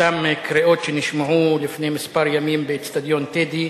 אותן קריאות שנשמעו לפני כמה ימים באיצטדיון "טדי".